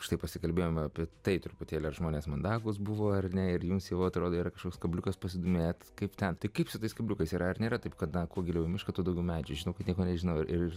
štai pasikalbėjome apie tai truputėlį žmonės mandagūs buvo ar ne ir jums jau atrodė kažkoks kabliukas pasidomėti kaip ten tai kaip su tais lipdukais ir ar nėra taip kad kuo giliau į mišką tuo daugiau medžių žinau kad nieko nežinau ir